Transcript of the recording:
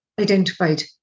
identified